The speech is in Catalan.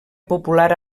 popular